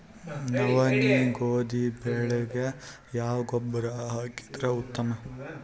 ನವನಿ, ಗೋಧಿ ಬೆಳಿಗ ಯಾವ ಗೊಬ್ಬರ ಹಾಕಿದರ ಉತ್ತಮ?